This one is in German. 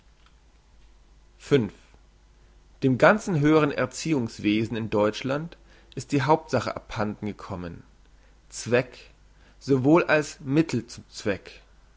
dem ganzen höheren erziehungswesen in deutschland ist die hauptsache abhanden gekommen zweck sowohl als mittel zum zweck